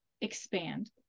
expand